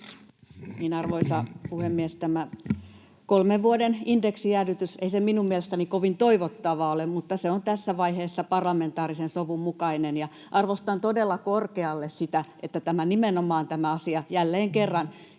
Arvoisa puhemies! Ei tämä kolmen vuoden indeksijäädytys minun mielestäni kovin toivottava ole, mutta se on tässä vaiheessa parlamentaarisen sovun mukainen. Arvostan todella korkealle sitä, että nimenomaan tämä asia jälleen kerran